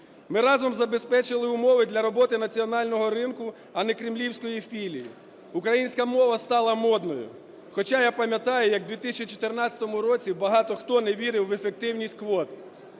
Ми разом забезпечили умови для роботи національного ринку, а не кремлівської філії. Українська мова стала модною, хоча я пам'ятаю, як в 2014 році багато хто не вірив в ефективність квот.